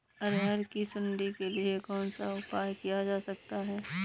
अरहर की सुंडी के लिए कौन सा उपाय किया जा सकता है?